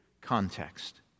context